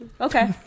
Okay